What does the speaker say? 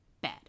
bad